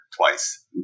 twice